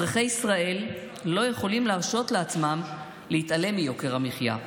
אזרחי ישראל לא יכולים להרשות לעצמם להתעלם מיוקר המחיה.